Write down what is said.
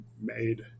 made